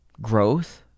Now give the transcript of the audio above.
growth